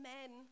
men